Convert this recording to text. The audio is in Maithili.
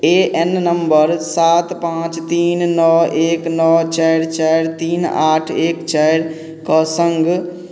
ए एन नम्बर सात पाँच तीन नओ एक नओ चारि चारि तीन आठ एक चारिके सङ्ग